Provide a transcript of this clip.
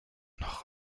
noch